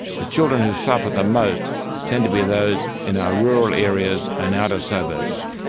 the children who suffer the most tend to be those in our rural areas and outer suburbs.